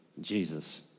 Jesus